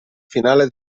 finale